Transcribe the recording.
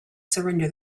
surrender